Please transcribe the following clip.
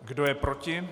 Kdo je proti?